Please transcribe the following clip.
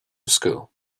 skill